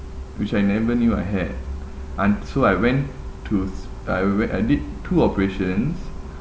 which I never knew I had un~ so I went to I went I did two operations